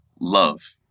love